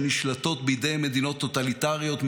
שנשלטות בידי מדינות טוטליטריות,